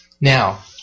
now